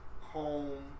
home